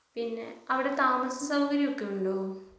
പിന്നെ അവിടെ താമസ സൗകര്യം ഒക്കെ ഉണ്ടോ